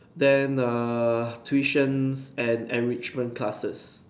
then err tuition and enrichment classes